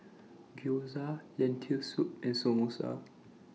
Gyoza Lentil Soup and Samosa